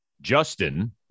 Justin